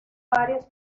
varios